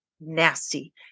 nasty